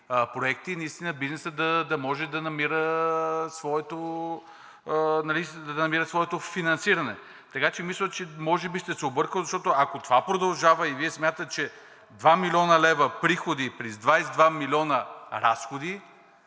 проекти, наистина бизнесът да може да намира своето финансиране. Мисля, че може би сте се объркал, защото, ако това продължава и Вие смятате, че 2 млн. лв. приходи при 22 млн. лв. разходи